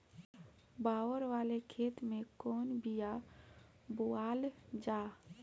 बाड़ वाले खेते मे कवन बिया बोआल जा?